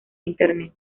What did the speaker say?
internet